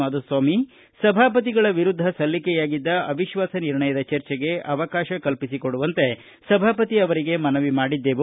ಮಾಧುಸ್ವಾಮಿ ಸಭಾಪತಿಗಳ ವಿರುದ್ದ ಸಲ್ಲಿಕೆಯಾಗಿದ್ದ ಅವಿಶ್ವಾಸ ನಿರ್ಣಯದ ಚರ್ಚೆಗೆ ಅವಕಾಶ ಕಲ್ಪಿಸಿಕೊಡುವಂತೆ ಸಭಾಪತಿ ಅವರಿಗೆ ಮನವಿ ಮಾಡಿದ್ದೆವು